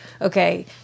okay